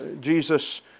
Jesus